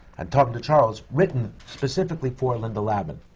and talking to charles, written specifically for linda lavin.